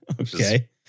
Okay